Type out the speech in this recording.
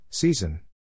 Season